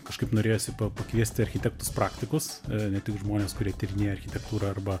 kažkaip norėjosi pakviesti architektus praktikus ne tik žmones kurie tyrinėja architektūrą arba